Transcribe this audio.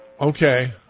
Okay